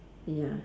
ya